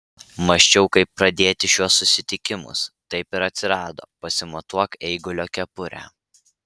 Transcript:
mąsčiau kaip pradėti šiuos susitikimus taip ir atsirado pasimatuok eigulio kepurę